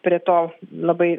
prie to labai